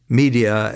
media